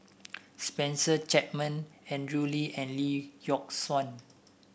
Spencer Chapman Andrew Lee and Lee Yock Suan